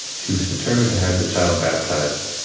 she was determined to have the child baptized.